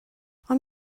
ond